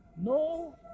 No